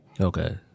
Okay